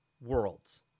worlds